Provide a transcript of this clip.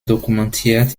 dokumentiert